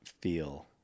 feel